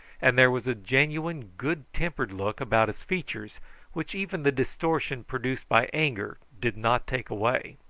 and there was a genuine good-tempered look about his features which even the distortion produced by anger did not take away.